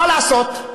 מה לעשות.